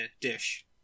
dish